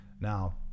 Now